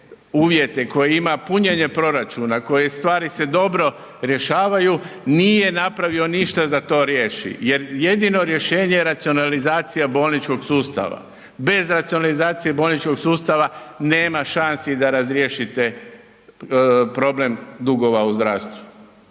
uvjete, koja ima punjenje proračuna, koje stvari se dobro rješavaju nije napravio ništa da to riješi jer jedino rješenje je racionalizacija bolničkog sustava. Bez racionalizacije bolničkog sustava nema šansi da razriješite problem dugova u zdravstvu.